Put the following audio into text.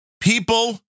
People